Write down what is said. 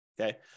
okay